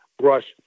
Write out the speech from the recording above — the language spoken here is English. brush